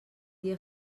dia